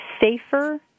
Safer